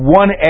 one